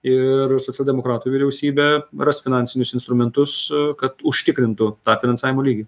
ir socialdemokratų vyriausybė ras finansinius instrumentus kad užtikrintų tą finansavimo lygį